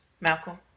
Malcolm